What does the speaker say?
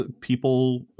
people